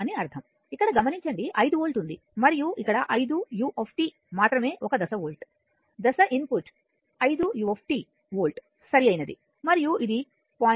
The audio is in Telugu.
అని అర్ధం ఇక్కడ గమనించండి 5 వోల్ట్ ఉంది మరియు ఇక్కడ 5 u మాత్రమే ఒక దశవోల్ట్ దశ ఇన్పుట్ 5 u వోల్ట్ సరైనది మరియు ఇది 0